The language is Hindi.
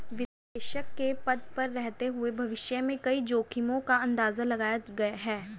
वित्तीय विश्लेषक के पद पर रहते हुए भविष्य में कई जोखिमो का अंदाज़ा लगाया है